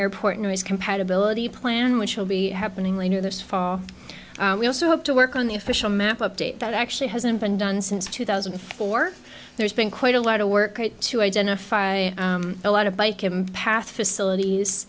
airport noise compatibility plan which will be happening later this fall we also have to work on the official map update that actually hasn't been done since two thousand and four there's been quite a lot of work to identify a lot of bike paths facilities